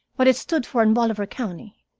what it stood for in bolivar county.